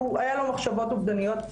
והיו לו מחשבות אובדניות.